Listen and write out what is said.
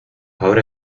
ahora